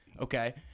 Okay